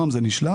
נעם, זה נשלח?